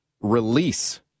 release